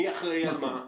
מי אחראי על מה,